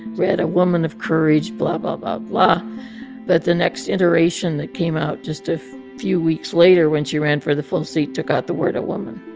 read a woman of courage blah, blah, but blah. but the next iteration that came out just a few weeks later when she ran for the full seat took out the word a woman.